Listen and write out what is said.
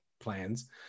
plans